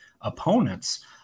opponents